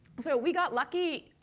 so we got lucky.